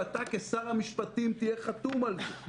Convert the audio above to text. ואתה כשר המשפטים תהיה חתום על זה.